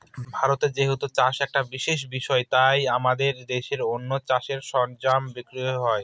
ভারতে যেহেতু চাষ একটা বিশেষ বিষয় তাই আমাদের দেশে অনেক চাষের সরঞ্জাম বিক্রি হয়